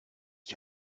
ich